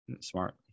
Smart